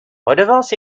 redevances